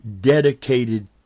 dedicated